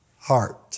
heart